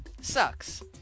Sucks